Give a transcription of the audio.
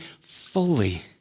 fully